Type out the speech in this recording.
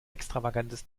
extravagantes